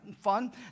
fun